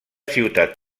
ciutat